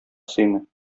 сыймый